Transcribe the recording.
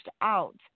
out